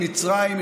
מצרים,